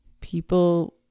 people